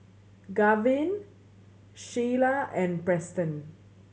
Garvin Shyla and Preston